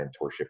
mentorship